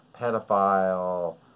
pedophile